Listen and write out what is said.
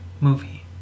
movie